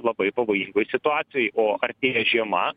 labai pavojingoj situacijoj o artėja žiema